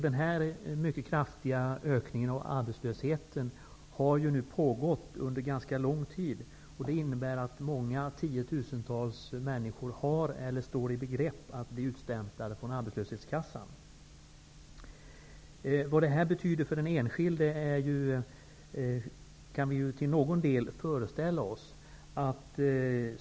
Den mycket kraftiga ökningen av arbetslösheten har nu pågått under ganska lång tid. Det innebär att många tiotusentals människor har blivit eller står i begrepp att bli utstämplade från arbetslöshetskassan. Vi kan ju till någon del föreställa oss vad detta betyder för den enskilde.